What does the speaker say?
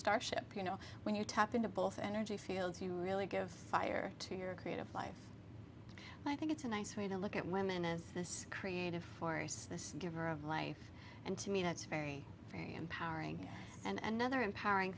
starship you know when you tap into both energy fields you really give fire to your creative life i think it's a nice way to look at women is this creative force the giver of life and to me that's very empowering and the other empowering